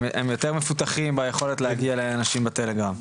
הם יותר מפותחים ביכולת להגיע לאנשים בטלגרם.